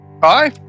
Hi